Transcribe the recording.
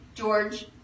George